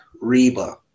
Reba